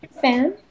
fan